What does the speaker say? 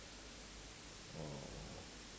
orh